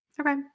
okay